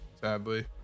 sadly